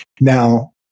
Now